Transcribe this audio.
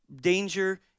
danger